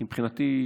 כי מבחינתי,